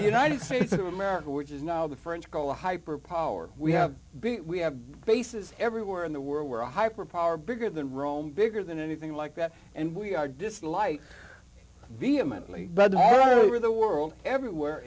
united states of america which is now the french go hyper power we have beat we have bases everywhere in the world where a hyper power bigger than rome bigger than anything like that and we are dislike vehemently but moreover the world everywhere